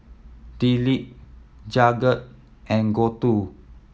Dilip Jagat and Gouthu